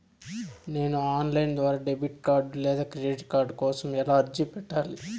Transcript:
నేను online ద్వారా debit card లేదా క్రెడిట్ కార్డు కోసం ఎలా అర్జీ పెట్టాలి?